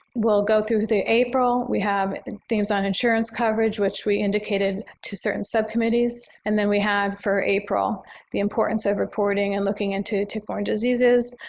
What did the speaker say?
we'll go through april we have things on insurance coverage which we indicated to certain subcommittees. and then we have for april the importance of reporting and looking into tick-borne diseases,